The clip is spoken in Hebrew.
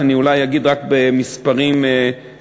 שאני אולי אגיד רק במספרים שלמים.